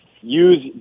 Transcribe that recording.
use